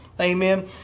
amen